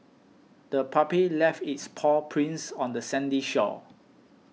the puppy left its paw prints on the sandy shore